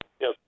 Yes